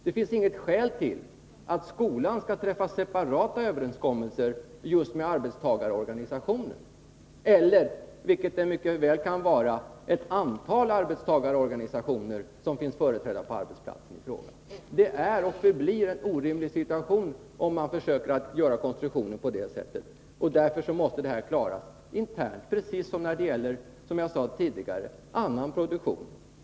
Det finns inget skäl till att skolan skulle träffa separata överenskommelser just med den arbetstagarorganisation eller — vilket mycket väl kan vara fallet — det antal arbetstagarorganisationer som finns företrädda på arbetsplatsen i fråga. Det är och förblir en orimlig konstruktion. Därför måste detta medbestämmande klaras av internt, precis som fallet är när det gäller annan produktion.